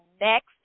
next